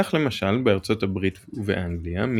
כך למשל בארצות הברית ובאנגליה,